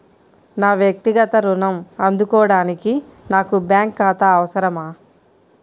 నా వక్తిగత ఋణం అందుకోడానికి నాకు బ్యాంక్ ఖాతా అవసరమా?